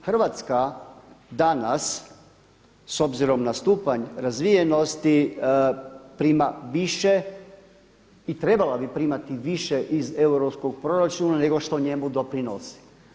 Hrvatska danas, s obzirom na stupanj razvijenosti prima više i trebala bi primati više iz europskog proračuna nego što njemu doprinosi.